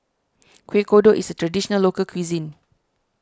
Kuih Kodok is a Traditional Local Cuisine